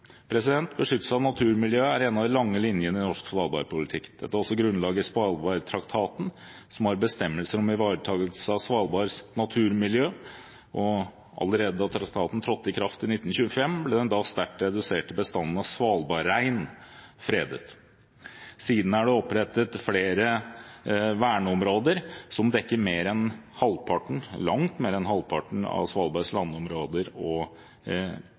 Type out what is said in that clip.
Beskyttelse av naturmiljøet er en av de lange linjene i norsk svalbardpolitikk. Dette er også grunnlaget i Svalbardtraktaten, som har bestemmelser om ivaretakelse av Svalbards naturmiljø, og allerede da traktaten trådte i kraft i 1925, ble den da sterkt reduserte bestanden av svalbardrein fredet. Siden er det opprettet flere verneområder, som dekker mer enn halvparten – langt mer enn halvparten – av Svalbards landområder og